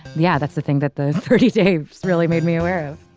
yeah that's the thing that the thirty slaves really made me aware of.